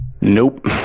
nope